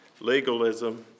legalism